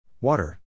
Water